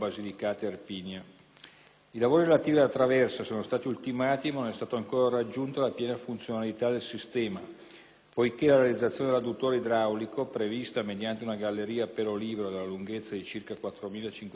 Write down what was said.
I lavori relativi alla traversa sono stati ultimati, ma non è stata ancora raggiunta la piena funzionalità del sistema, poiché la realizzazione dell'adduttore idraulico, prevista mediante una galleria a pelo libero della lunghezza di circa 4.570 metri,